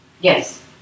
Yes